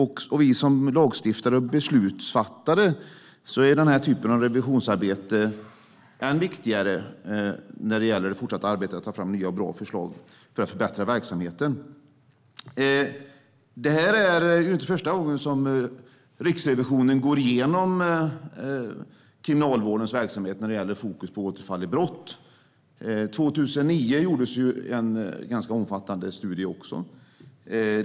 För oss som lagstiftare och beslutsfattare är den typen av revisionsarbete än viktigare för det fortsatta arbetet att ta fram nya och bra förslag för att förbättra verksamheten. Det är inte första gången som Riksrevisionen går igenom Kriminalvårdens verksamhet med fokus på återfall i brott. År 2009 gjordes en ganska omfattande studie.